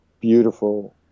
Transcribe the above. beautiful